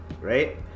right